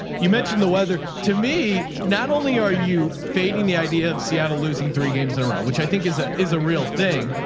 you mentioned the weather to me, not only are you fading the idea of seattle losing three games in a row, which i think is a, is a real thing.